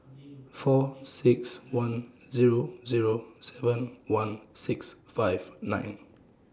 four six one Zero Zero seven one six five nine